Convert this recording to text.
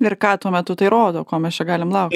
ir ką tuo metu tai rodo ko mes čia galim laukt